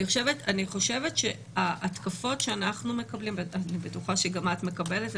אני חושבת שההתקפות שאנחנו מקבלים אני בטוחה שגם את מקבלת,